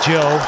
Joe